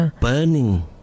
burning